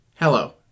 Hello